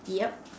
yup